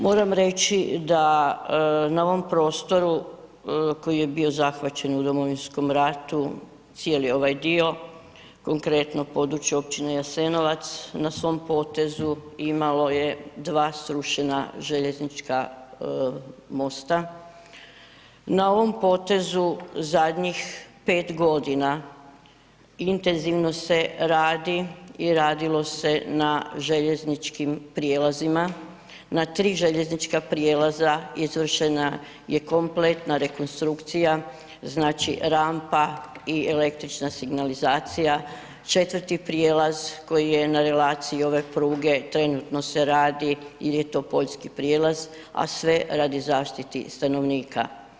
Moram reći da na ovom prostoru koji je bio zahvaćen u domovinskom ratu cijeli ovaj dio, konkretno područje općine Jasenovac na svom potezu imalo je 2 srušena željeznička mosta, na ovom potezu zadnjih 5.g. intenzivno se radi i radilo se na željezničkim prijelazima, na 3 željeznička prijelaza izvršena je kompletna rekonstrukcija, znači rampa i električna signalizacija, četvrti prijelaz koji je na relaciji ove pruge trenutno se radi il je to poljski prijelaz, a sve radi zaštite stanovnika.